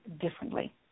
differently